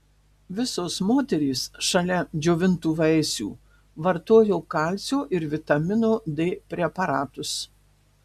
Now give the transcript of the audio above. visos moterys šalia džiovintų vaisių vartojo kalcio ir vitamino d preparatus